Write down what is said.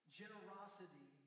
generosity